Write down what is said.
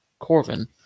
Corvin